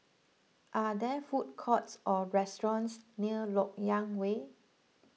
are there food courts or restaurants near Lok Yang Way